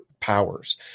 powers